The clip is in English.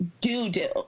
do-do